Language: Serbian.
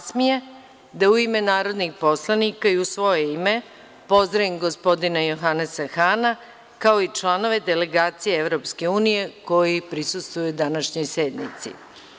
Čast mi je da, u ime narodnih poslanika i u svoje ime, pozdravim gospodina Johanesa Hana, kao i članove delegacije Evropske unije koji prisustvuju ovoj sednici.